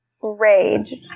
rage